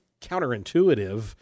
counterintuitive